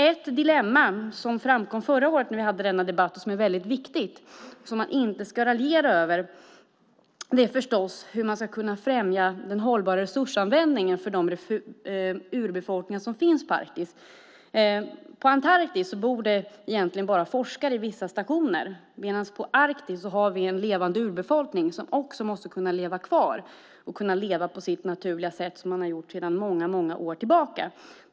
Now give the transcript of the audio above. Ett dilemma som framkom förra året när vi hade denna debatt och som är viktigt och inte ska raljeras över är hur man ska främja den hållbara resursanvändningen för den urbefolkning som finns på Arktis. På Antarktis bor det bara forskare på stationer, men på Arktis har vi en levande urbefolkning som måste kunna leva kvar på det sätt som den har gjort i många många år.